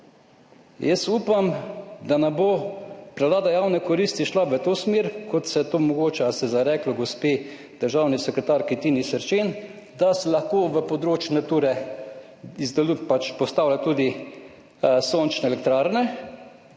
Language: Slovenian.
Jaz upam, da ne bo prevlada javne koristi šla v to smer, kot se je to, mogoče se je zareklo gospe državni sekretarki Tini Sršen, da se lahko v področje Nature izdeluje, pač postavlja tudi sončne elektrarne.